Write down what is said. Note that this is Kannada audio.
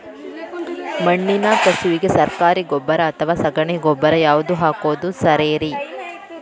ಮಣ್ಣಿನ ಕಸುವಿಗೆ ಸರಕಾರಿ ಗೊಬ್ಬರ ಅಥವಾ ಸಗಣಿ ಗೊಬ್ಬರ ಯಾವ್ದು ಹಾಕೋದು ಸರೇರಿ?